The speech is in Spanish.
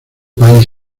país